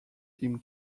him